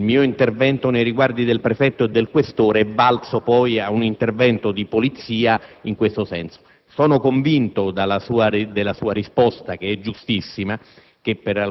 il mio intervento nei riguardi del prefetto e del questore siano valsi poi un intervento di polizia in questo senso. Sono convinto della sua risposta, giustissima,